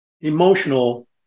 emotional